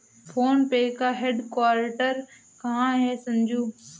Phone पे का headquarter कहां है संजू?